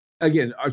Again